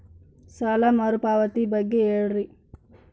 ಸಾಲ ಮರುಪಾವತಿ ಬಗ್ಗೆ ಹೇಳ್ರಿ?